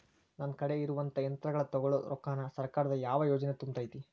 ನನ್ ಕಡೆ ಇರುವಂಥಾ ಯಂತ್ರಗಳ ತೊಗೊಳು ರೊಕ್ಕಾನ್ ಸರ್ಕಾರದ ಯಾವ ಯೋಜನೆ ತುಂಬತೈತಿ?